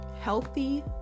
healthy